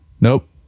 nope